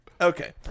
Okay